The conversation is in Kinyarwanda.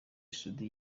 soudy